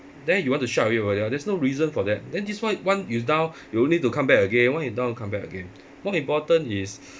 then you want to shut everybody out there's no reason for that then this one when you down you'll need to comeback again when you down comeback again more important is